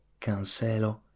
Cancelo